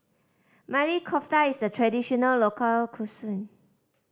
Maili Kofta is a traditional local